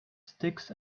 sticks